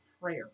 prayer